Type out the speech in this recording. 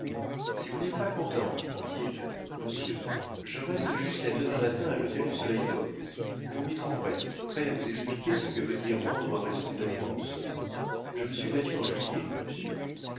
si vous n'êtes pas content dit-il monsieur je reste jusqu'à demain matin à l'hôtel du soleil dor vous m'y trouverez prêt à vous expliquer ce que veut dire rendre raison d'une offense je me suis battu en juillet monsieur